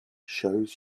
shows